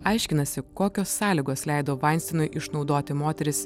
aiškinasi kokios sąlygos leido vainstinui išnaudoti moteris